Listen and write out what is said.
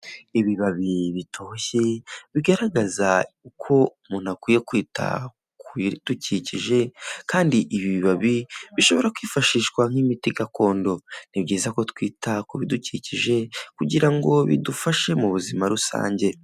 Ibibabi bitoshye bigaragaza uko umuntu akwiye kwita ku bidukikije kandi ibi bibabi bishobora kwifashishwa nk'imiti gakondo, ni byiza ko twita ku bidukikije kugira ngo bidufashe mu buzima rusange.